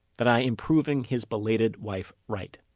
that i am proving his belated wife right